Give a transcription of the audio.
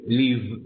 leave